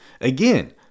again